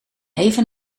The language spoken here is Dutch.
even